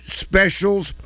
specials